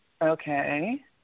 Okay